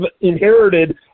inherited